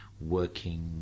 working